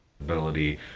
ability